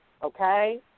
Okay